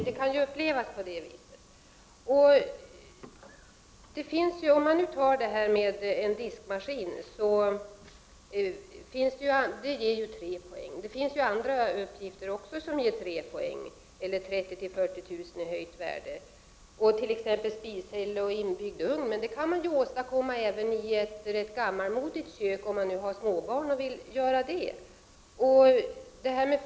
Det kan upplevas på det viset. Som exempel kan vi ta en diskmaskin. Den ger tre poäng. Det finns även andra uppgifter som ger tre poäng, eller 30 000-40 000 i höjt värde, t.ex. spishäll och inbyggd ugn. Men detta kan man åstadkomma även i ett rätt gammalmodigt kök, om man har småbarn och vill göra på det sättet.